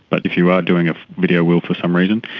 but if you are doing a video will for some reason,